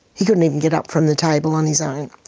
he couldn't even get up from the table on his own.